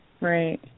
Right